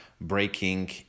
breaking